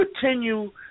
continue